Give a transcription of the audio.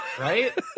Right